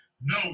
No